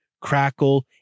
Crackle